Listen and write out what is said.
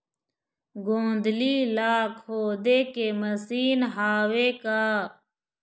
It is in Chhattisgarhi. गोंदली ला खोदे के मशीन हावे का?